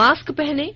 mask पहनें